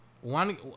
One